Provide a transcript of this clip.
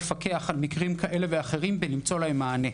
לפקח על מקרים כאלה ואחרים ולמצוא להם מענה.